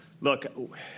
look